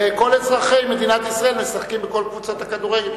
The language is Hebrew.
וכל אזרחי מדינת ישראל משחקים בכל קבוצות הכדורגל.